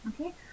Okay